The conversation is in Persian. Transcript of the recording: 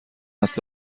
هست